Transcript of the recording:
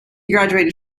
graduated